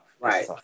right